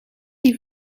die